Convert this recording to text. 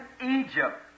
Egypt